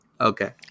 Okay